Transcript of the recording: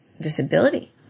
disability